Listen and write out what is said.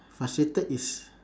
frustrated is